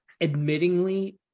admittingly